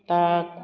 दा